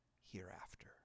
hereafter